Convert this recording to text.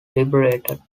liberated